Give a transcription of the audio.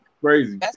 Crazy